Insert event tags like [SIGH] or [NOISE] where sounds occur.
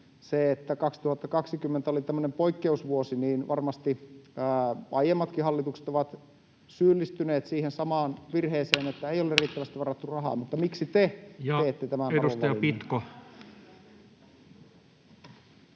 tosiaan 2020 oli tämmöinen poikkeusvuosi, niin varmasti aiemmatkin hallitukset ovat syyllistyneet siihen samaan virheeseen, [NOISE] että ei ole riittävästi varattu rahaa. Mutta miksi te teette tämän arvovalinnan? Ja edustaja Pitko.